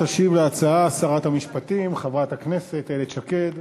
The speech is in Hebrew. תשיב על ההצעה שרת המשפטים חברת הכנסת איילת שקד.